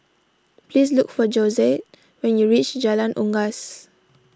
please look for Josette when you reach Jalan Unggas